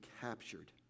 captured